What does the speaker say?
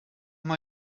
mal